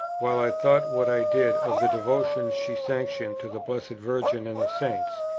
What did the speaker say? while i thought what i did of the devotions she sanctioned to the blessed virgin and the saints.